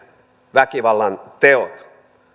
väkivallanteot